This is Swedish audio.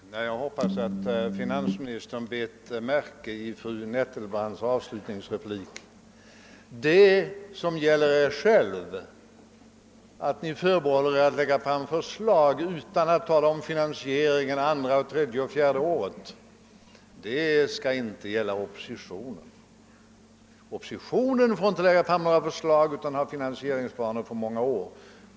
Herr talman! Jag hoppas att finansministern lade märke till fru Netterbrandts avslutningsreplik. Ni förbehåller er själva rätten att framlägga förslag utan att tala om finansieringen för andra, tredje och fjärde året, men samma rätt skall inte gälla oppositionen. Den får inte framlägga några förslag utan att ha finansieringsplaner för många år framåt.